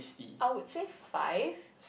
I would say five